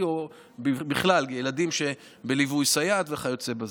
או בכלל ילדים שבליווי סייעת וכיוצא בזה.